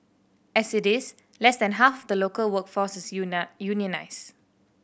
as it is less than half the local workforce is unionised